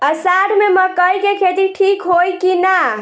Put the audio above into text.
अषाढ़ मे मकई के खेती ठीक होई कि ना?